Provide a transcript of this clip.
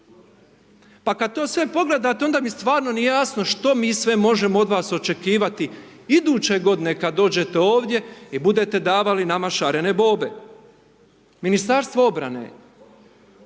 Pa kada to sve pogledate onda mi stvarno nije jasno što mi sve možemo od vas očekivati iduće godine kada dođete ovdje i budete davali nama šarene bobe. Ministarstvo obrane,